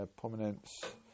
Prominence